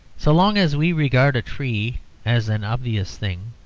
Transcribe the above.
so long as we regard a tree as an obvious thing,